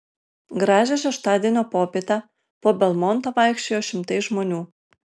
gražią šeštadienio popietę po belmontą vaikščiojo šimtai žmonių